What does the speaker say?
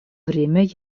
время